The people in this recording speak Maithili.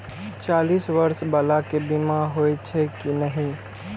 चालीस बर्ष बाला के बीमा होई छै कि नहिं?